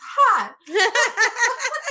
hot